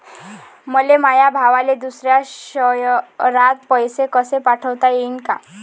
मले माया भावाले दुसऱ्या शयरात पैसे कसे पाठवता येईन?